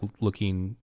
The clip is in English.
looking